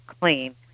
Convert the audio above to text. clean